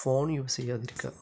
phone use ചെയ്യാതിരിക്കുക